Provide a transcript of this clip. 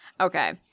Okay